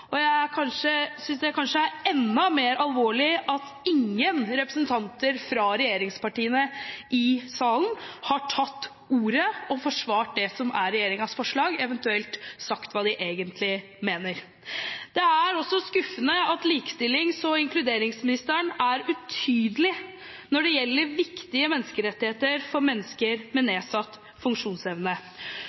Jeg synes kanskje det er enda mer alvorlig at ingen representanter fra regjeringspartiene i salen har tatt ordet og forsvart det som er regjeringens forslag, eventuelt sagt hva de egentlig mener. Det er skuffende at likestillings- og inkluderingsministeren er utydelig når det gjelder viktige rettigheter for mennesker med nedsatt funksjonsevne.